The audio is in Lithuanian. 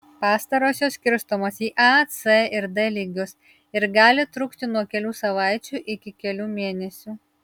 pastarosios skirstomos į a c ir d lygius ir gali trukti nuo kelių savaičių iki kelių mėnesių